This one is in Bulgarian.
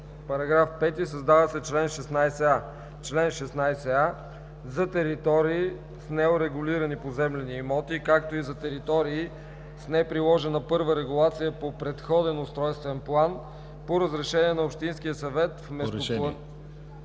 § 5: „§ 5. Създава се чл. 16а: „Чл. 16а. За територии с неурегулирани поземлени имоти, както и за територии с неприложена първа регулация по предходен устройствен план по решение на общинския съвет вместо